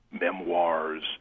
memoirs